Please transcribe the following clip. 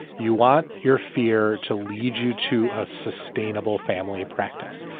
you want your fear to lead you to a sustainable family practice.